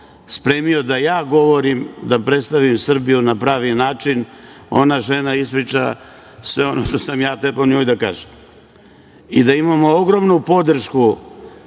spremio da ja govorim, da predstavim Srbiju na pravi način, ona žena ispriča sve ono što sam ja trebao njoj da kažem i da imamo ogromnu podršku